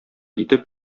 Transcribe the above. итеп